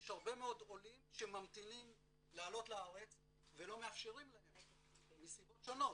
יש הרבה מאוד עולים שממתינים לעלות לארץ ולא מאפשרים להם מסיבות שונות,